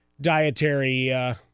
dietary